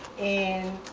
and